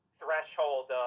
threshold